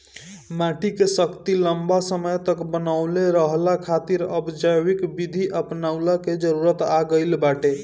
माटी के शक्ति लंबा समय तक बनवले रहला खातिर अब जैविक विधि अपनऊला के जरुरत आ गईल बाटे